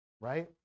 right